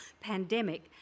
pandemic